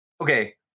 Okay